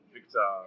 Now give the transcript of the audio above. Victor